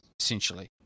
Essentially